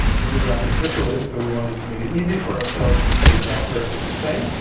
computer graphics specialists, so we wanted to make it easy for ourselves to create software for this thing.